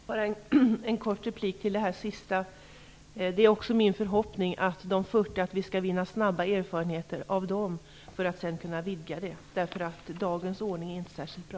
Herr talman! Bara en kort replik till det sista som Margareta Andersson nämnde. Det är också min förhoppning att vi skall vinna snabba erfarenheter av de 40 deltagande kommunerna för att sedan kunna vidga verksamheten. Dagens ordning är inte särskilt bra.